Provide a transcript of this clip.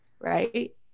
right